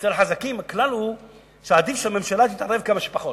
אצל החזקים הכלל הוא שעדיף שהממשלה תתערב מה שפחות.